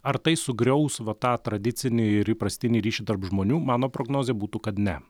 ar tai sugriaus va tą tradicinį ir įprastinį ryšį tarp žmonių mano prognozė būtų kad ne